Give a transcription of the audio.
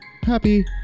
happy